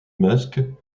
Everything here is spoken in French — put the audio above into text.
masque